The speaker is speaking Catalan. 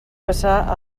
passar